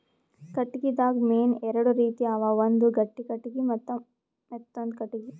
ಕಟ್ಟಿಗಿದಾಗ್ ಮೇನ್ ಎರಡು ರೀತಿ ಅವ ಒಂದ್ ಗಟ್ಟಿ ಕಟ್ಟಿಗಿ ಮತ್ತ್ ಮೆತ್ತಾಂದು ಕಟ್ಟಿಗಿ